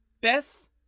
Beth